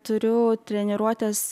turiu treniruotes